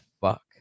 fuck